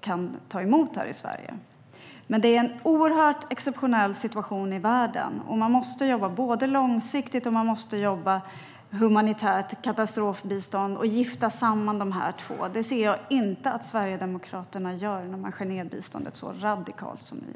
kan ta emot. Situationen i världen är dock exceptionell. Man måste jobba både långsiktigt och ge humanitärt katastrofbistånd. Dessa sätt måste giftas samman, och jag ser inte att Sverigedemokraterna gör det när de skär ned biståndet så radikalt som de gör.